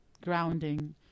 grounding